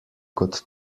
kot